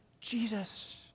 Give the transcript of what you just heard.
Jesus